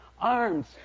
arms